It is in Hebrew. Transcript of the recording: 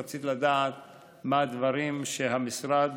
שרצית לדעת מה הדברים שביכולתו של המשרד